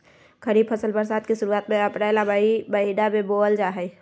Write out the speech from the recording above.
खरीफ फसल बरसात के शुरुआत में अप्रैल आ मई महीना में बोअल जा हइ